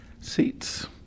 seats